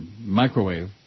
microwave